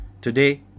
Today